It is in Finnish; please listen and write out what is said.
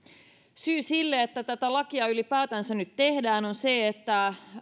syy sille että tätä lakia ylipäätänsä nyt tehdään on se että